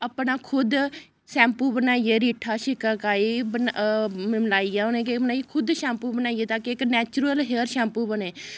अपना खुद शैम्पू बनाइयै रीठा शिकाकाई बन बनाइयै उ'नेंं गी केह् करना खुद शैम्पू बनाइयै तांकि इक नैचरल हेयर शैम्पू बनै